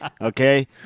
okay